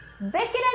Biscuit